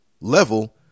level